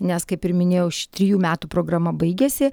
nes kaip ir minėjau ši trijų metų programa baigiasi